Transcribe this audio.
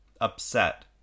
upset